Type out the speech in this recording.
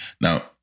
Now